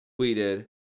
tweeted